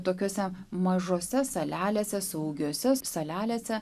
tokiose mažose salelėse saugiose salelėse